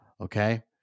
okay